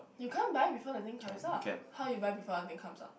you can't buy before the thing comes out how you buy before the thing comes out